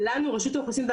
אין לשכות בחו"ל,